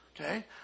okay